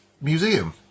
museum